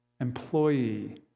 employee